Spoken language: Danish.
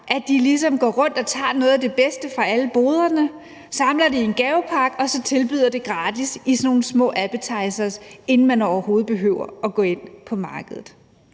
at de ligesom går rundt og tager noget af det bedste fra alle boderne, samler det i en gavepakke og tilbyder det gratis i sådan nogle små appetizers, uden at man overhovedet behøver at gå ind på markedet.